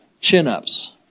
chin-ups